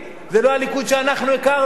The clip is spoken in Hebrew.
זה לא הליכוד שאנחנו הכרנו.